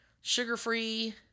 sugar-free